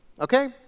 okay